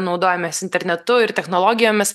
naudojamės internetu ir technologijomis